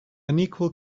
unequal